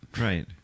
Right